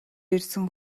ирсэн